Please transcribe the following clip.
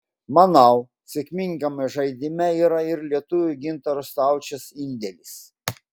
manau sėkmingame žaidime yra ir lietuvio gintaro staučės indėlis